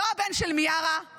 לא הבן של מיארה,